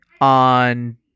on